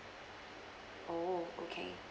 oh okay